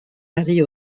marie